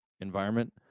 environment